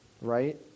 right